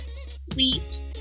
sweet